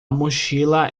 mochila